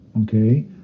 Okay